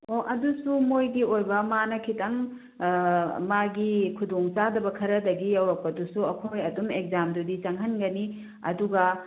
ꯑꯣ ꯑꯗꯨꯁꯨ ꯃꯣꯏꯒꯤ ꯑꯣꯏꯕ ꯃꯥꯅ ꯈꯤꯇꯪ ꯃꯥꯒꯤ ꯈꯨꯗꯣꯡ ꯆꯥꯗꯕ ꯈꯔꯗꯒꯤ ꯌꯧꯔꯛꯄꯗꯨꯁꯨ ꯑꯩꯈꯣꯏ ꯑꯗꯨꯝ ꯑꯦꯛꯖꯥꯝꯗꯨꯗꯤ ꯆꯪꯍꯟꯒꯅꯤ ꯑꯗꯨꯒ